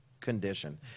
condition